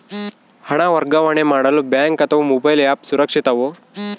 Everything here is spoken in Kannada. ಹಣ ವರ್ಗಾವಣೆ ಮಾಡಲು ಬ್ಯಾಂಕ್ ಅಥವಾ ಮೋಬೈಲ್ ಆ್ಯಪ್ ಸುರಕ್ಷಿತವೋ?